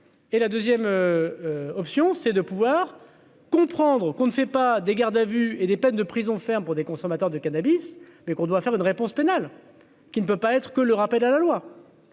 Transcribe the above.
et la 2ème option, c'est de pouvoir comprendre qu'on ne fait pas des gardes à vue et des peines de prison ferme pour des consommateurs de cannabis, mais qu'on doit faire une réponse pénale qui ne peut pas être que le rappel à la loi.